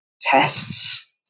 tests